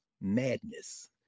Madness